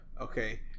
Okay